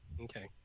Okay